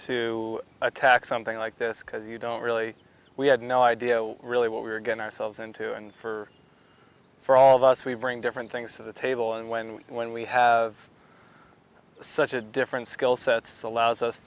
attack something like this because you don't really we had no idea really what we were going ourselves into and for for all of us we bring different things to the table and when we when we have such a different skill sets allows us